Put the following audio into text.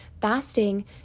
fasting